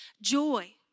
joy